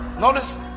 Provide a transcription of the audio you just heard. Notice